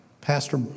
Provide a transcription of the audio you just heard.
Pastor